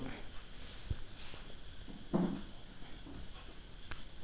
fixed deposit సేయడం వల్ల tax కట్టకుండా ఆదా సేయచ్చు